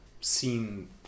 seen